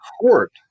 court